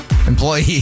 Employee